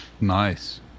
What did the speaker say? Nice